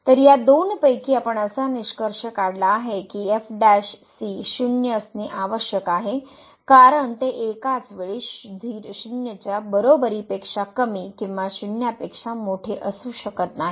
तर या दोन पैकी आपण असा निष्कर्ष काढला आहे की शून्य असणे आवश्यक आहे कारण ते एकाच वेळी 0 च्या बरोबरीपेक्षा कमी किंवा 0 पेक्षा मोठे असू शकत नाही